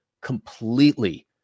completely